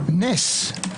נס.